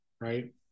right